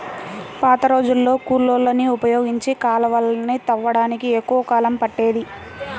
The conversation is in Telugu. పాతరోజుల్లో కూలోళ్ళని ఉపయోగించి కాలవలని తవ్వడానికి ఎక్కువ కాలం పట్టేది